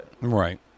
Right